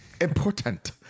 Important